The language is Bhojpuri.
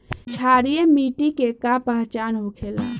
क्षारीय मिट्टी के का पहचान होखेला?